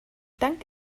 dank